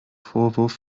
vorwurf